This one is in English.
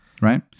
right